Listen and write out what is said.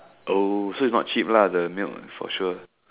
oh so it's not cheap lah the milk for sure